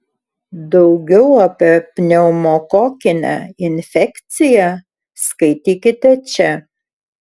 daugiau apie pneumokokinę infekciją skaitykite čia